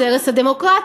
זה הרס הדמוקרטיה,